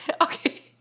Okay